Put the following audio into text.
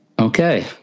Okay